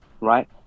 right